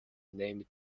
named